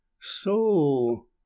So